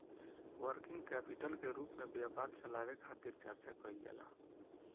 working capital के रूप में व्यापार चलावे खातिर चर्चा कईल जाला